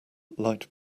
light